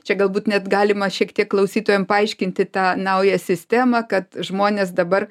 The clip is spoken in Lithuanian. čia galbūt net galima šiek tiek klausytojam paaiškinti tą naują sistemą kad žmonės dabar